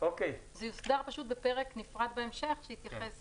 זה פשוט יוסדר בפרק נפרד בהמשך שיתייחס